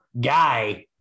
guy